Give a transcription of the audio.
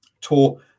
tour